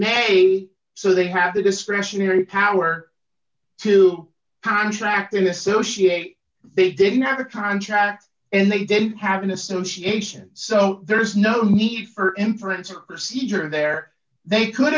may so they have the discretionary power to contract and associate they didn't have a contract and they didn't happen associations so there is no need for inference or procedure there they could